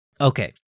Okay